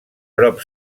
prop